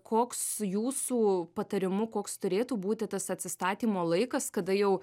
koks jūsų patarimu koks turėtų būti tas atsistatymo laikas kada jau